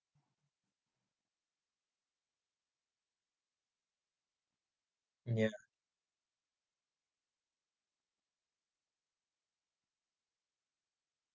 ya